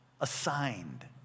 Assigned